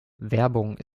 werbung